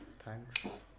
thanks